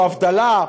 או הבדלה,